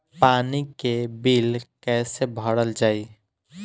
पानी के बिल कैसे भरल जाइ?